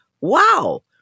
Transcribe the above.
Wow